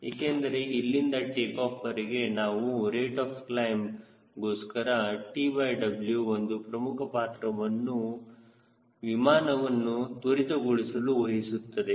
ಏಕೆಂದರೆ ಇಲ್ಲಿಂದ ಟೇಕಾಫ್ವರೆಗೆ ಹಾಗೂ ರೇಟ್ ಆಫ್ ಕ್ಲೈಮ್ಗೋಸ್ಕರ TW ಒಂದು ಪ್ರಮುಖ ಪಾತ್ರವನ್ನು ವಿಮಾನವನ್ನು ತ್ವರಿತಗೊಳಿಸಲು ವಹಿಸುತ್ತದೆ